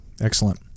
Excellent